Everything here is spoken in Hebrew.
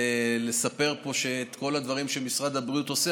לספר פה את כל הדברים שמשרד הבריאות עושה,